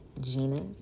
Gina